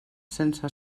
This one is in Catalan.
sense